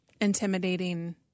intimidating